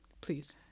Please